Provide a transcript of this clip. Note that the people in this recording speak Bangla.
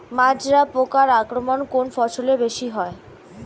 মাজরা পোকার আক্রমণ কোন ফসলে বেশি হয়?